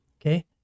okay